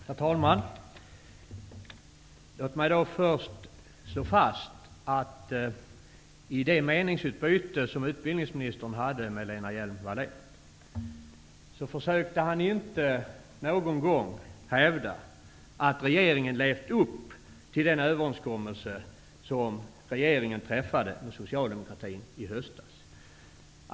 Herr talman! Låt mig först slå fast, att utbildningministern i det meningsutbyte han hade med Lena Hjelm-Wallén inte någon gång försökte hävda att regeringen levt upp till den överenskommelse som regeringen träffade med Socialdemokraterna i höstas.